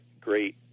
great